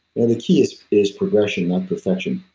and the key is is progression, not perfection